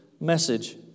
message